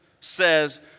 says